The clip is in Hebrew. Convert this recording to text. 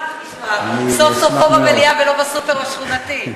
סוף-סוף פה במליאה, ולא בסופר השכונתי.